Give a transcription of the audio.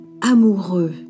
amoureux